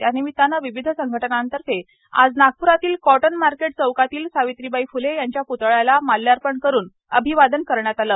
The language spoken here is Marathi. त्या निमित्ताने विविध संघटनांतर्फे आज नागप्रातील कॉटन मार्केट चौकातील सावित्रीबाई फ्ले यांच्या प्तळ्याला माल्यार्पण करून अभिवादन करण्यात आले